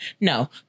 no